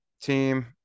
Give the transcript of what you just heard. team